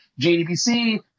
JDBC